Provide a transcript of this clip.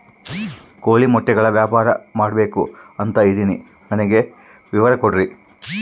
ಕೋಳಿ ಮೊಟ್ಟೆಗಳ ವ್ಯಾಪಾರ ಮಾಡ್ಬೇಕು ಅಂತ ಇದಿನಿ ನನಗೆ ವಿವರ ಕೊಡ್ರಿ?